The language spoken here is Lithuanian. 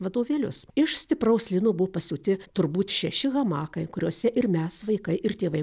vadovėlius iš stipraus lino buvo pasiūti turbūt šeši hamakai kuriuose ir mes vaikai ir tėvai